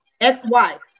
ex-wife